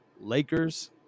Lakers